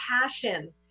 passion